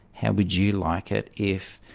how would you like it if